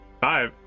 Five